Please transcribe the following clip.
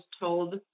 told